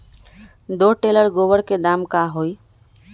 दो टेलर गोबर के दाम का होई?